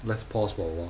let's pause for awhile